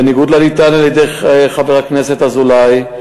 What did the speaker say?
בניגוד לנטען על-ידי חבר הכנסת אזולאי,